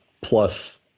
plus